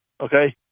Okay